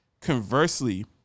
conversely